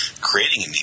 creating